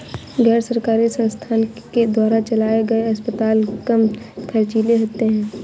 गैर सरकारी संस्थान के द्वारा चलाये गए अस्पताल कम ख़र्चीले होते हैं